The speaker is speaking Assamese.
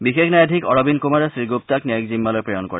বিশেষ ন্যাধীশ অৰবিন্দ কমাৰে শ্ৰীণুপ্তাক ন্যায়িক জিম্মালৈ প্ৰেৰণ কৰে